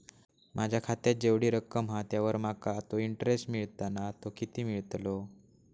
माझ्या खात्यात जेवढी रक्कम हा त्यावर माका तो इंटरेस्ट मिळता ना तो किती मिळतलो?